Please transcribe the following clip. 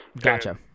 Gotcha